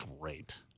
great